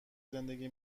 زندگی